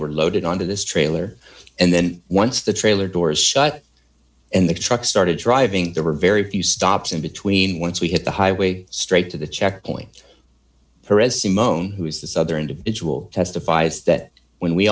were loaded on to this trailer and then once the trailer doors shut and the truck started driving there were very few stops in between once we hit the highway straight to the checkpoint simone who is this other individual testifies that when we